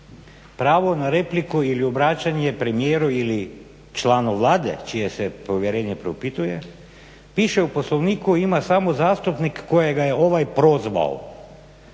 pravo na repliku ili obraćanje je premijeru ili članu Vlade čije se povjerenje propituje piše u Poslovniku ima samo zastupnik kojega je ovaj prozvao.